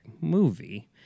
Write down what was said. movie